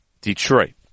Detroit